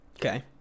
Okay